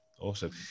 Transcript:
Awesome